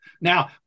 Now